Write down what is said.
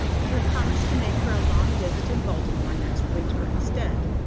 i have promised to make her a long visit in baltimore next winter instead.